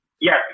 Yes